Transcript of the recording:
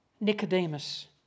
Nicodemus